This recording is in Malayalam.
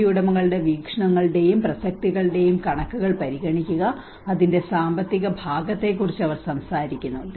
ഓഹരി ഉടമകളുടെ വീക്ഷണങ്ങളുടെയും പ്രസക്തികളുടെയും കണക്കുകൾ പരിഗണിക്കുക അതിന്റെ സാമ്പത്തിക ഭാഗത്തെക്കുറിച്ച് അത് സംസാരിക്കുന്നു